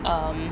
um